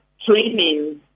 training